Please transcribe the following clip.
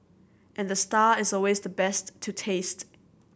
and the star is always the best to taste